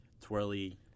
twirly